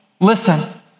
Listen